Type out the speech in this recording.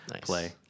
play